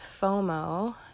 FOMO